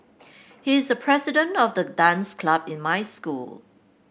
he's the president of the dance club in my school